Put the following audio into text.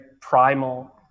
primal